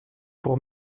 pour